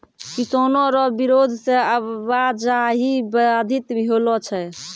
किसानो रो बिरोध से आवाजाही बाधित होलो छै